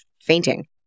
fainting